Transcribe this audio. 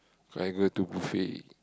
so I go to buffet